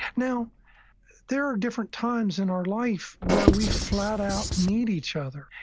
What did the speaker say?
now there are different times in our life where we flat out need each other,